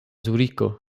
zuriko